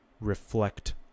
reflect